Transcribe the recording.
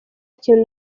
kintu